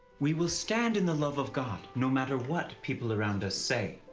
we will stand in the love of god no matter what people around us say.